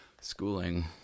schooling